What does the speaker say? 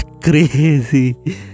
Crazy